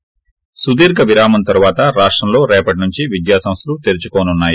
ి సుదీర్గ విరామం తరవాత రాష్టంలో రేపటి నుంచి విద్యా సంస్థలు తెరుచుకోబోతున్నాయి